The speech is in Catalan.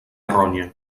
ronya